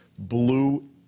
Blue